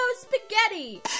spaghetti